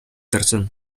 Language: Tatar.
торсын